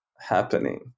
happening